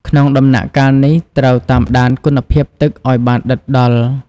ក្នុងដំណាក់កាលនេះ ត្រូវតាមដានគុណភាពទឹកឲ្យបានដិតដល់។